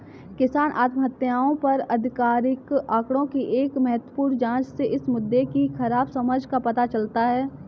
किसान आत्महत्याओं पर आधिकारिक आंकड़ों की एक महत्वपूर्ण जांच से इस मुद्दे की खराब समझ का पता चलता है